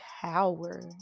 power